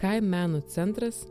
kai meno centras